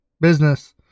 Business